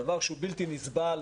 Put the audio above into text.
דבר שהוא בלתי נסבל.